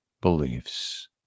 beliefs